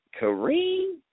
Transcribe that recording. Kareem